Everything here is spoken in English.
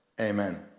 Amen